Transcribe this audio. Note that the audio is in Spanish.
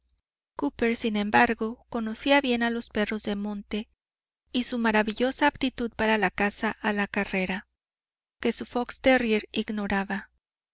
cooper sin embargo conocía bien a los perros de monte y su maravillosa aptitud para la caza a la carera que su fox terrier ignoraba